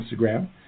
Instagram